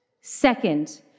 Second